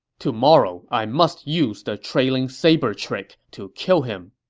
tomorrow, i must use the trailing saber trick to kill him.